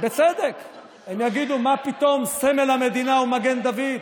בצדק הם יגידו: מה פתאום סמל המדינה הוא מגן דוד?